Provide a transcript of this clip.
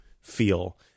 feel